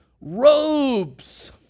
robes